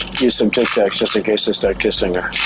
use some tic tacs just in case i start kissing her.